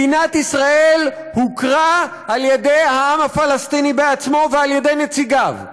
מדינת ישראל הוכרה על ידי העם הפלסטיני בעצמו ועל ידי נציגיו,